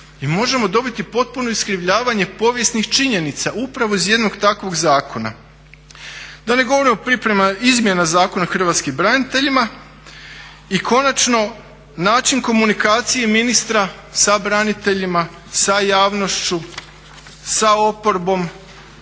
i možemo dobiti potpuno iskrivljavanje povijesnih činjenica upravo iz jednog takvog zakona. Da ne govorim o pripremama izmjena Zakona o hrvatskim braniteljima i konačno način komunikacije ministra sa braniteljima, sa javnošću, sa oporbom.